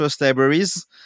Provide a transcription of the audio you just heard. libraries